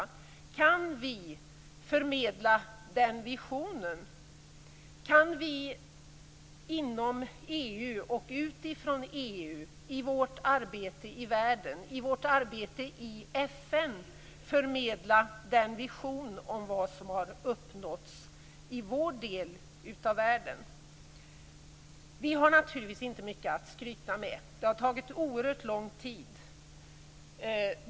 Kan vi förmedla denna vision? Kan vi inom EU och utifrån EU i vårt arbete i världen, i vårt arbete i FN, förmedla visionen om vad som har uppnåtts i vår del av världen? Vi har naturligtvis inte mycket att skryta med. Det har tagit oerhört lång tid.